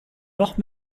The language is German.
noch